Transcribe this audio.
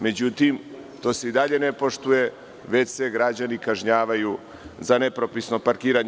Međutim, to se i dalje ne poštuje, već se građani kažnjavaju za nepropisno parkiranje.